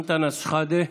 אנטאנס שחאדה,